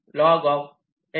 Log2 L 2